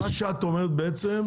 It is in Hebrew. מה שאת אומרת בעצם,